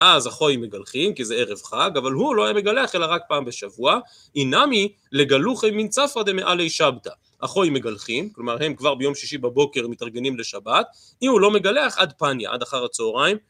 אז אחוהי מגלחים, כי זה ערב חג, אבל הוא לא היה מגלח אלא רק פעם בשבוע, אי נמי לגלוחי מן צפרא דמעלי שבתא. אחוהי מגלחים, כלומר הם כבר ביום שישי בבוקר מתארגנים לשבת, אם הוא לא מגלח עד פניא - עד אחר הצהריים